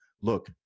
Look